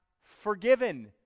forgiven